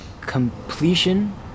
completion